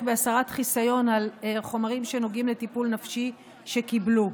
בהסרת חיסיון על חומרים שנוגעים לטיפול נפשי שקיבלו.